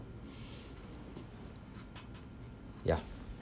ya